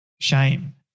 shame